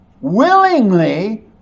willingly